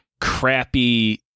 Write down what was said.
crappy